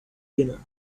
dinner